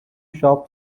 shop